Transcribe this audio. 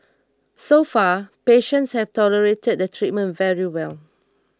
so far patients have tolerated the treatment very well